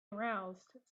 aroused